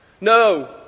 No